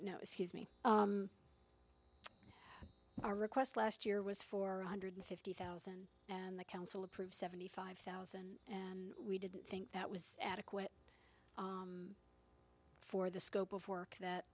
no excuse me our request last year was four hundred fifty thousand and the council approved seventy five thousand and we didn't think that was adequate for the scope of work that